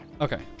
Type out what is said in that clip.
Okay